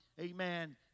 amen